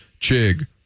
Chig